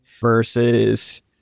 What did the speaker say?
versus